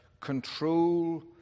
control